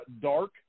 dark